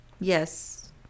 Yes